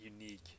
unique